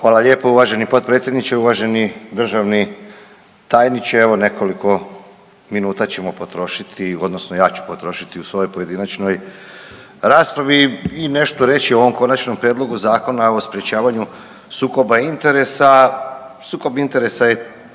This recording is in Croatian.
Hvala lijepa uvaženi potpredsjedniče. Uvaženi državni tajniče evo nekoliko minuta ćemo potrošili odnosno ja ću potrošiti u svojoj pojedinačnoj raspravi nešto reći o ovom konačnom prijedlogu Zakona o sprječavanju sukoba interesa. Sukob interesa je